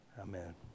Amen